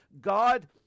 God